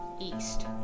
East